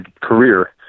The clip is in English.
career